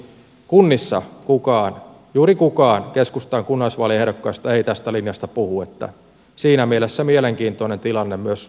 kunnissa juuri kukaan keskustan kunnallisvaaliehdokkaista ei tästä linjasta puhu siinä mielessä mielenkiintoinen tilanne myös teidän osaltanne